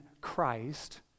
Christ